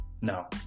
no